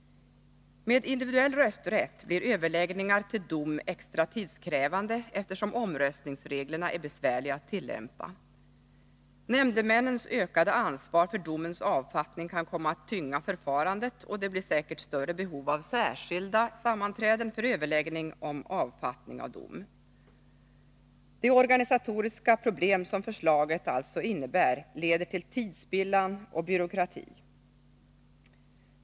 Med individuell rösträtt blir överläggningar till dom extra tidskrävande, eftersom omröstningsreglerna är besvärliga att tillämpa. Nämndemännens ökade ansvar för domens avfattning kan komma att tynga förfarandet, och det blir säkert större behov av särskilda sammanträden för överläggning om avfattning av dom. De organisatoriska problem som förslaget alltså innebär leder till tidsspillan och byråkrati.